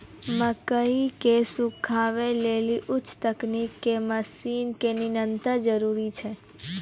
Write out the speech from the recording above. मकई के सुखावे लेली उच्च तकनीक के मसीन के नितांत जरूरी छैय?